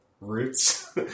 roots